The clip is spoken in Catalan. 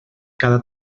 cada